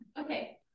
okay